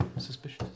suspicious